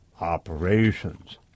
operations